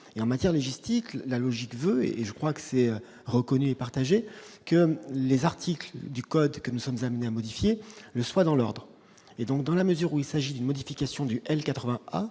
et en matière, les gesticule, la logique veut et je crois que c'est reconnu et partager que les articles du code, que nous sommes amenés à modifier le soit dans l'ordre et donc dans la mesure où il s'agit d'une modification du elle